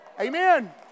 Amen